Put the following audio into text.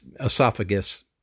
esophagus